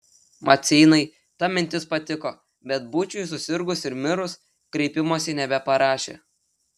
maceinai ta mintis patiko bet būčiui susirgus ir mirus kreipimosi nebeparašė